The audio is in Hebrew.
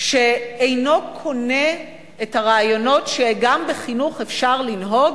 שאינו קונה את הרעיונות שגם בחינוך אפשר לנהוג